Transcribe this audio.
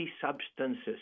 substances